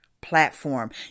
Platform